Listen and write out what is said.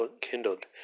kindled